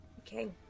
Okay